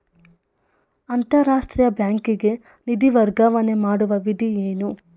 ಅಂತಾರಾಷ್ಟ್ರೀಯ ಬ್ಯಾಂಕಿಗೆ ನಿಧಿ ವರ್ಗಾವಣೆ ಮಾಡುವ ವಿಧಿ ಏನು?